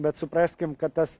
bet supraskim kad tas